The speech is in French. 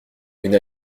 une